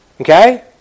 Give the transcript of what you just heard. Okay